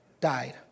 died